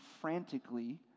frantically